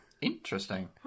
Interesting